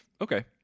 Okay